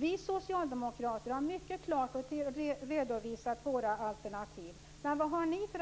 Vi socialdemokrater har mycket klart redovisat våra, men vad har ni för